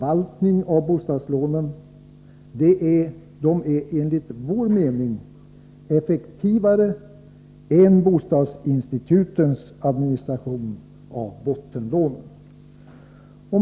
av bostadslånen är enligt vår mening effektivare än bostadsinstitutens administration av bottenlånen. Herr talman!